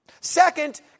Second